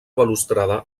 balustrada